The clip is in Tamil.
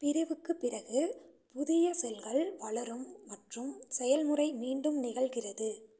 பிரிவுக்குப் பிறகு புதிய செல்கள் வளரும் மற்றும் செயல்முறை மீண்டும் நிகழ்கிறது